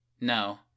No